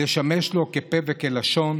לשמש לו כפה וכלשון